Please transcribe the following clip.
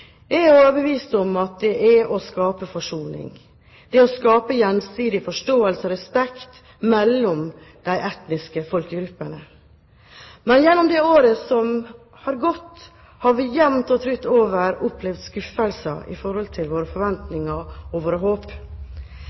Jeg er overbevist om at det er å skape forsoning, gjensidig forståelse og respekt mellom de etniske folkegruppene. Men gjennom det året som har gått, har vi jevnt og trutt opplevd skuffelser med hensyn til våre forventninger og våre håp.